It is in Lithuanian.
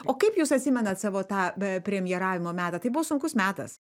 o kaip jūs atsimenat savo tą be premjeravimo metą tai buvo sunkus metas